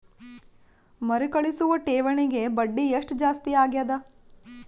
ಮರುಕಳಿಸುವ ಠೇವಣಿಗೆ ಬಡ್ಡಿ ಎಷ್ಟ ಜಾಸ್ತಿ ಆಗೆದ?